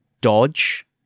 dodge